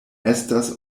estas